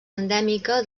endèmica